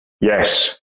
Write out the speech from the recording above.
Yes